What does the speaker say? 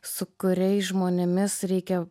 su kuriais žmonėmis reikia